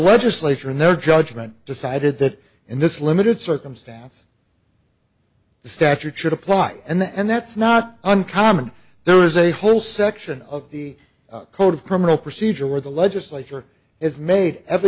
legislature in their judgment decided that in this limited circumstance the statute should apply and the and that's not uncommon there is a whole section of the code of criminal procedure where the legislature is may ever